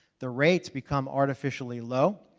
the rates become artificially low.